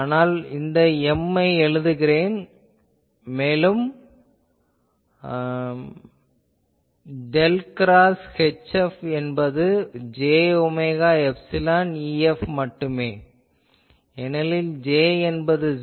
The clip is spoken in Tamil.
ஆதலால் நான் இந்த M ஐ எழுதுகிறேன் மேலும் டெல் கிராஸ் HF என்பது j ஒமேகா எப்சிலான் EF மட்டும் ஏனெனில் J என்பது '0'